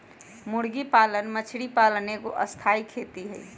मुर्गी पालन मछरी पालन एगो स्थाई खेती हई